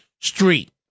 Street